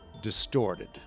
distorted